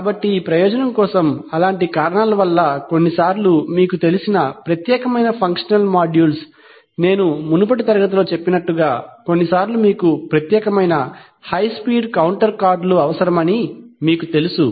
కాబట్టి ఈ ప్రయోజనం కోసం అలాంటి కారణాల వల్ల కొన్నిసార్లు మీకు తెలిసిన ప్రత్యేకమైన ఫంక్షనల్ మాడ్యూల్స్ నేను మునుపటి తరగతిలో చెప్పినట్లుగా కొన్నిసార్లు మీకు ప్రత్యేకమైన హైస్పీడ్ కౌంటర్ కార్డులు అవసరమని మీకు తెలుసు